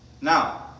Now